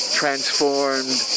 transformed